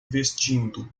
vestindo